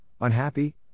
unhappy